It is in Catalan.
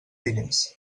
diners